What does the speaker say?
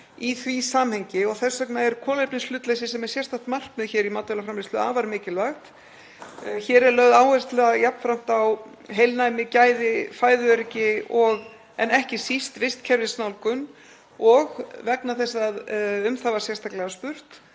í því samhengi. Þess vegna er kolefnishlutleysi, sem er sérstakt markmið í matvælaframleiðslu, afar mikilvægt. Hér er jafnframt lögð áhersla á heilnæmi, gæði, fæðuöryggi en ekki síst vistkerfisnálgun, og vegna þess að um það var sérstaklega spurt